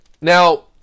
Now